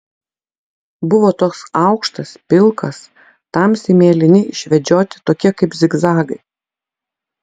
buvo toks aukštas pilkas tamsiai mėlyni išvedžioti tokie kaip zigzagai